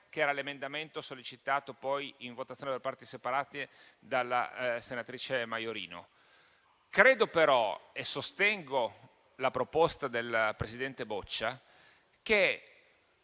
che era l'emendamento sollecitato poi in votazione per parti separate dalla senatrice Maiorino. Credo però - e sostengo la proposta del presidente Boccia - che